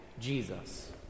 Jesus